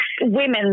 women